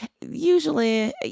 Usually